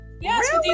Yes